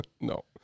No